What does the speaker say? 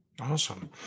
Awesome